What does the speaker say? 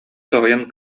соһуйан